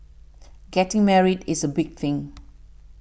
getting married is a big thing